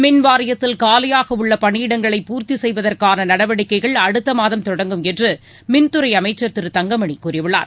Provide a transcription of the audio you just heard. மின்வாரியத்தில் காலியாக உள்ள பணியிடங்களை பூர்த்தி செய்வதற்கான நடவடிக்கைகள் அடுத்தமாதம் தொடங்கும் என்று மின்துறை அமைச்சர் திரு தங்கமணி கூறியுள்ளார்